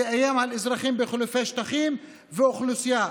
תאיים על אזרחים בחילופי שטחים ואוכלוסייה,